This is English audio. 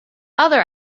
other